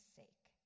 sake